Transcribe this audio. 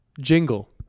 jingle